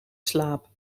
slaap